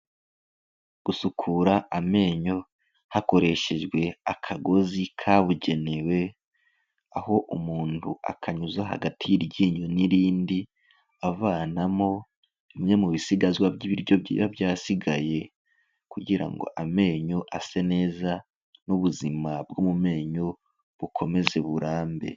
Gusukura amenyo, hakoreshejwe akagozi kabugenewe, aho umuntu akanyuza hagati y'iryinyo n'irindi, avanamo bimwe mu bisigazwa by'ibiryo biba byasigaye kugira ngo amenyo ase neza n'ubuzima bwo mu menyo, bukomeze burambe.